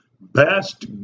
best